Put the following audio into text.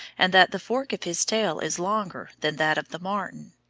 and that the fork of his tail is longer than that of the martin.